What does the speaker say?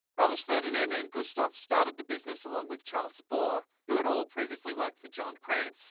brothers ferdinand and gustav started the business along with charles spoehr who had all previously worked for john kranz